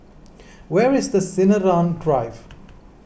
where is the Sinaran Drive